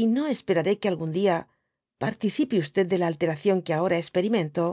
y no esperaré que algún dia participe de la alteradon que ahora experimento